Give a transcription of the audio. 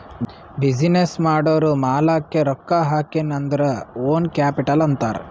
business ಮಾಡೂರ್ ಮಾಲಾಕ್ಕೆ ರೊಕ್ಕಾ ಹಾಕಿನ್ ಅಂದುರ್ ಓನ್ ಕ್ಯಾಪಿಟಲ್ ಅಂತಾರ್